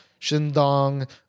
Shindong